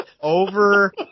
over